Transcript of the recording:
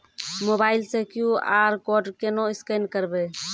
Mobile से QR code केना scan करबै?